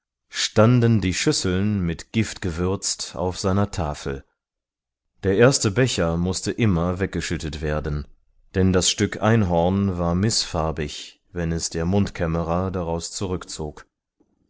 standen die schüsseln mit gift gewürzt auf seiner tafel der erste becher mußte immer weggeschüttet werden denn das stück einhorn war mißfarbig wenn es der mundkämmerer daraus zurückzog